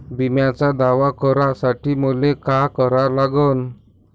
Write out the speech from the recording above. बिम्याचा दावा करा साठी मले का करा लागन?